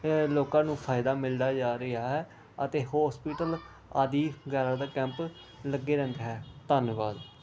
ਲੋਕਾਂ ਨੂੰ ਫਾਇਦਾ ਮਿਲਦਾ ਜਾ ਰਿਹਾ ਹੈ ਅਤੇ ਹੋਸਪੀਟਲ ਆਦਿ ਵਗੈਰਾ ਦਾ ਕੈਂਪ ਲੱਗੇ ਰਹਿੰਦਾ ਹੈ ਧੰਨਵਾਦ